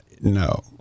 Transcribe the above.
No